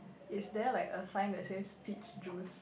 is there like a sign that says peach juice